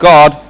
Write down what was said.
God